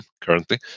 currently